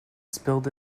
spilled